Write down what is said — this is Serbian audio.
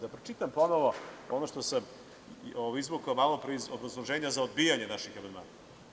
Da pročitam ponovo ono što sam izvukao malopre iz obrazloženja za odbijanje našeg amandmana.